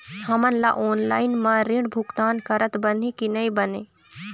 हमन ला ऑनलाइन म ऋण भुगतान करत बनही की नई बने?